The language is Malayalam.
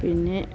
പിന്നെ